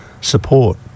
support